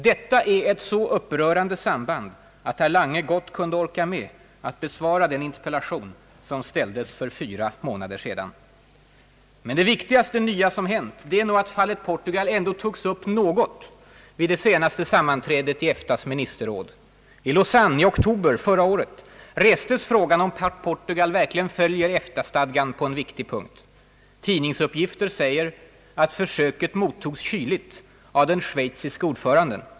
Detta är ett så upprörande samband att herr Lange gott kunde orka med att besvara den interpellation som ställdes för fyra månader sedan. Men det viktigaste nya som hänt är att fallet Portugal ändå togs upp något vid det senaste sammanträdet i EFTA:s ministerråd. I Lausanne i oktober förra året restes frågan om Portugal verkligen följer EFTA-stadgan på en viktig punkt. Tidningsuppgifter säger att försöket mottogs kyligt av den schweiziske ordföranden.